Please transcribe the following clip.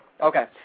Okay